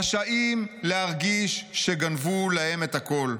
רשאים להרגיש שגנבו להם את הקול.